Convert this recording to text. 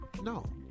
No